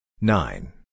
nine